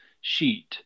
sheet